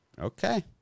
Okay